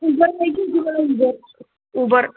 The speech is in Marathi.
उबर घ्यायची होती मला उबर उबर